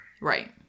Right